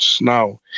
now